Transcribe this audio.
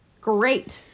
Great